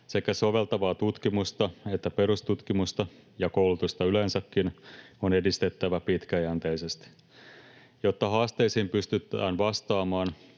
Sekä soveltavaa tutkimusta että perustutkimusta — ja koulutusta yleensäkin — on edistettävä pitkäjänteisesti. Jotta haasteisiin pystytään vastaamaan,